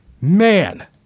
Man